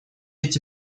эти